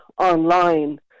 online